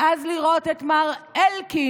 ואז לראות את מר אלקין,